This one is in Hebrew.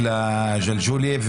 ג'לג'וליה,